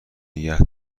نگه